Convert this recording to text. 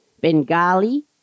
Bengali